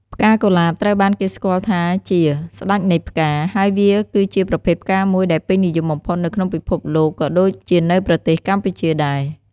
ផ្កាកុលាបត្រូវបានគេស្គាល់ថាជា "ស្តេចនៃផ្កា" ហើយវា គឺជាប្រភេទផ្កាមួយដែលពេញនិយមបំផុតនៅក្នុងពិភពលោក ក៏ដូចជានៅប្រទេសកម្ពុជាដែរ។